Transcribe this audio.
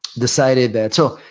decided that, so,